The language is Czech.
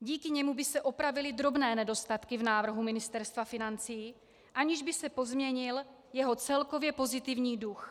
Díky němu by se opravily drobné nedostatky v návrhu Ministerstva financí, aniž by se pozměnil jeho celkově pozitivní duch.